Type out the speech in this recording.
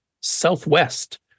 Southwest